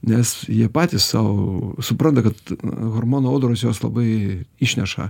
nes jie patys sau supranta kad hormonų audros juos labai išneša